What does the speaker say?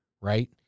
Right